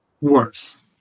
Worse